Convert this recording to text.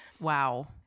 Wow